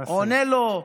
הוא עונה לו,